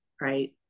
right